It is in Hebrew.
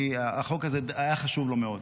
החוק הזה היה חשוב לו מאוד.